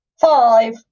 Five